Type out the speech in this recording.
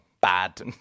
bad